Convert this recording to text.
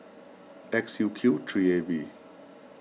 X U Q three A V